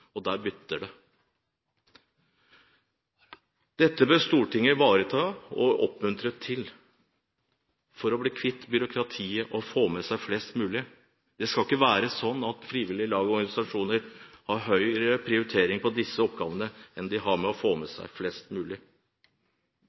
Der butter det. Stortinget bør ivareta og oppmuntre til å bli kvitt byråkratiet og få med seg flest mulig. Det skal ikke være slik at frivillige lag og organisasjoner har høyere prioritet på disse oppgavene enn på oppgaven de har med å få med seg flest mulig.